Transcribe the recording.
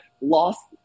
lost